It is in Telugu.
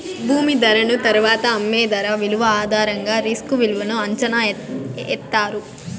భూమి ధరను తరువాత అమ్మే ధర విలువ ఆధారంగా రిస్క్ విలువను అంచనా ఎత్తారు